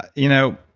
you know,